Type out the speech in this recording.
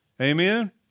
Amen